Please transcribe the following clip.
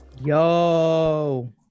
Yo